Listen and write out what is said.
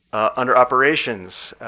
under operations,